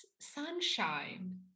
sunshine